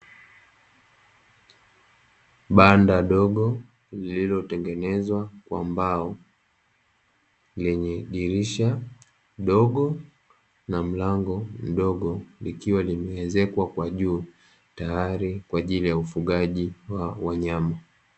Banda dogo lililotengenezwa kwa mbao lenye dirisha dogo na mlango mdogo, likiwa limeezekwa kwa juu tayari kwa ajili ya ufugaji wa wanyama.